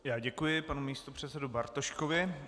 Já děkuji panu místopředsedovi Bartoškovi.